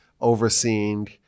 overseeing